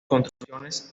construcciones